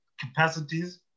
capacities